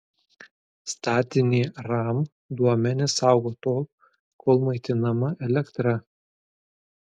statinė ram duomenis saugo tol kol maitinama elektra